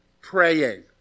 praying